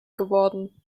geworden